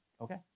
Okay